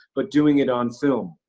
but doing it on film.